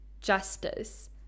justice